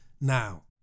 now